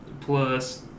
plus